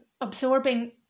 absorbing